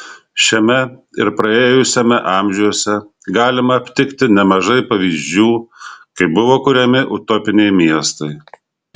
šiame ir praėjusiame amžiuose galima aptikti nemažai pavyzdžių kai buvo kuriami utopiniai miestai